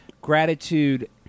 Gratitude